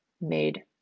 made